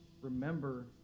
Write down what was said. remember